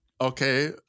okay